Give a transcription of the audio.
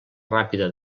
ràpida